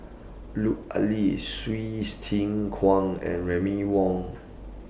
Lut Ali Hsu Tse Kwang and Remy Ong